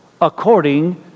according